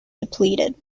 depleted